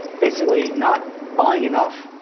basically not buying enough,